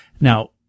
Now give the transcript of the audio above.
Now